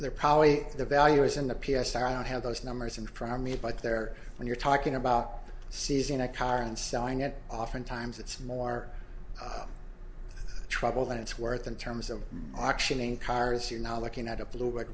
there probably the value is in the p s r i don't have those numbers in front of me but there when you're talking about seizing a car and selling it often times it's more trouble than it's worth in terms of auction in cars you're now looking at a blue